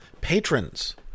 patrons